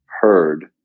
heard